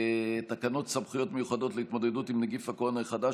תקנות סמכויות מיוחדות להתמודדות עם נגיף הקורונה החדש